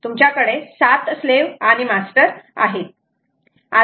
तुमच्याकडे 7 स्लाव्ह आणि मास्टर आहे